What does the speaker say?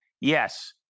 Yes